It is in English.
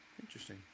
Interesting